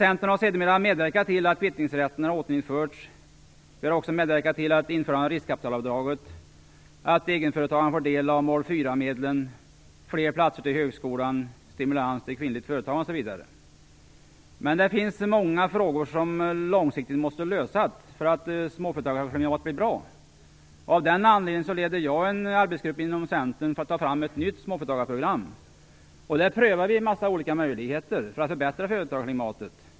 Centern har sedermera medverkat till att kvittningsrätten har återinförts. Vi har också medverkat till att införa riskkapitalavdraget, till att egenföretagarna får del av mål 4-medlen, till fler platser till högskolan, till stimulans till kvinnligt företagande osv. Men det finns många frågor som långsiktigt måste lösas för att småföretagandet skall komma att bli bra. Av den anledningen har vi inom Centern en arbetsgrupp, som jag leder, för att ta fram ett nytt småföretagarprogram. Där prövar vi en massa olika möjligheter till att förbättra företagarklimatet.